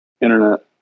internet